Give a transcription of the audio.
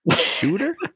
Shooter